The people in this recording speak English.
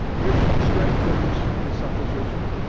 which strengthens the supposition